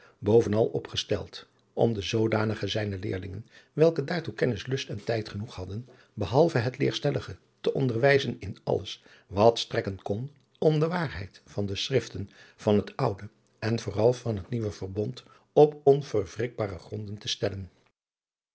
bovenal op gesteld om de zoodanige zijner leerlingen welke daartoe kennis lust en tijd genoeg hadden behalve het leerstellige te onderwijzen in alles wat strekken kon om de waarheid van de schriften van het oude en vooral van het nieuwe verbond op onverwrikbare gronden te stellen